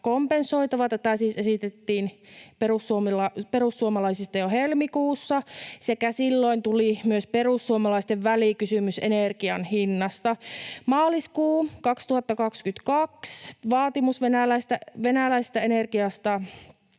Tätä siis esitettiin perussuomalaisista jo helmikuussa, sekä silloin tuli myös perussuomalaisten välikysymys energianhinnasta. Maaliskuu 2022: Venäläisestä energiasta